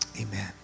Amen